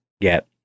get